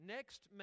Next